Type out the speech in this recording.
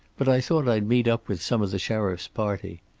but i thought i'd meet up with some of the sheriff's party.